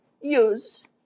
use